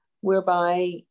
whereby